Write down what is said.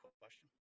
question